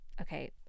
Okay